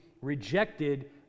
rejected